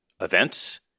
events